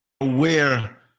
Aware